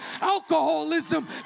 Alcoholism